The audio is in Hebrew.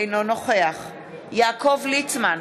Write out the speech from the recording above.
אינו נוכח יעקב ליצמן,